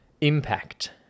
Impact